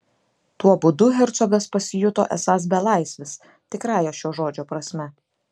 tuo būdu hercogas pasijuto esąs belaisvis tikrąja šio žodžio prasme